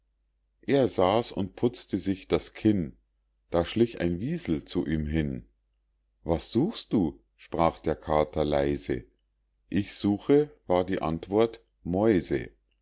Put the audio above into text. er saß und putzte sich das kinn da schlich ein wiesel zu ihm hin was suchst du sprach der kater leise ich suche war die antwort mäuse